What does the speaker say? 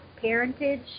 parentage